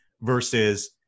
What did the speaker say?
versus